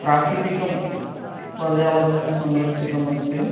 प्राकृतिकपर्यावरणं संरक्षितम् अस्ति